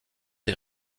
des